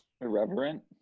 Irreverent